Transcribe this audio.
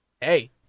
hey